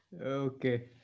okay